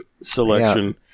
selection